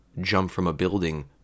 jump-from-a-building